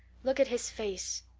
look at his face.